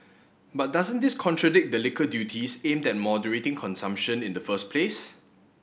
but doesn't this contradict the liquor duties aimed at moderating consumption in the first place